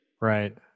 Right